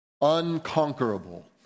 unconquerable